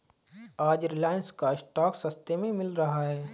आज रिलायंस का स्टॉक सस्ते में मिल रहा है